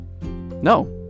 no